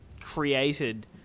created